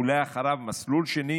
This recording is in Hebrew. ולאחריו מסלול שני,